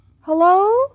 hello